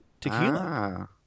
tequila